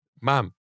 Mom